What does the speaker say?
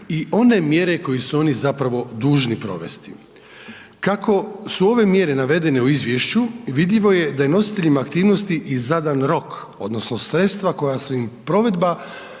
i one mjere koje su oni zapravo dužni provesti. Kako su ove mjere navedene u izvješću vidljivo je da je nositeljima aktivnosti i zadan rok odnosno sredstva koja su im provedba,